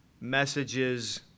messages